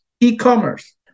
e-commerce